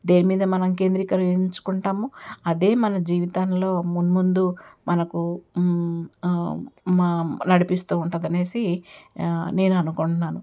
దేని మీద మనం కేంద్రీకరించుకుంటామో అదే మన జీవితంలో మున్ముందు మనకు మా నడిపిస్తూ ఉంటదనేసి నేను అనుకుంటున్నాను